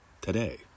today